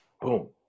boom